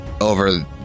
over